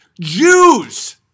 Jews